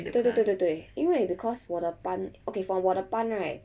对对对对对因为 because 我的班 okay for 我的班 right